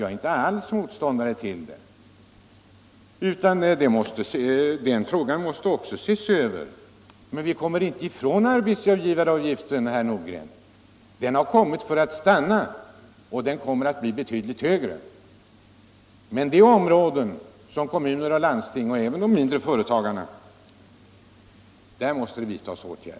Jag är inte alls motståndare till att den frågan också ses över. Men vi slipper inte ifrån arbetsgivaravgiften, herr Nordgren. Den har kommit för att stanna, och den kommer att bli betydligt högre. Men på vissa områden — för kommuner och landsting och 163 även för de mindre företagarna — måste det ske lättnader.